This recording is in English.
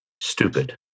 stupid